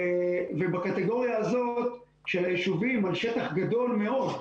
ובקטגוריה הזאת של היישובים על שטח גדול מאוד,